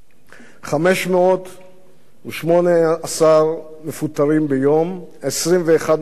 518 מפוטרים ביום, 21 מפוטרים בשעה.